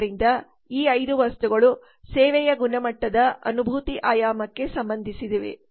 ಆದ್ದರಿಂದ ಈ 5 ವಸ್ತುಗಳು ಸೇವೆಯ ಗುಣಮಟ್ಟದ ಅನುಭೂತಿ ಆಯಾಮಕ್ಕೆ ಸಂಬಂಧಿಸಿವೆ